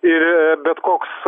ir bet koks